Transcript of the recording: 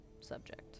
subject